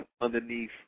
underneath